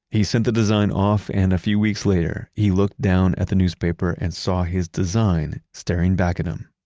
he sent the design off and a few weeks later, he looked down at the newspaper and saw his design staring back at him.